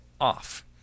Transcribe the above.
off